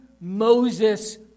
Moses